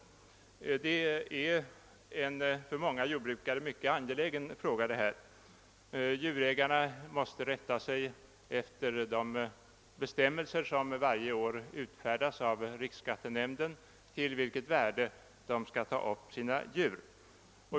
Detta är en för många jordbrukare mycket angelägen fråga. Djurägarna måste rätta sig efter de bestämmelser som varje år utfärdas av riksskattenämnden beträffande det värde till vilket de skall ta upp sina djur.